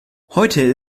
heute